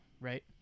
right